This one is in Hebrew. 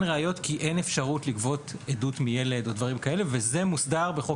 ראיות כי אין אפשרות לגבות עדות מילד וזה מוסדר בחוק